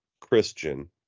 Christian